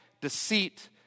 deceit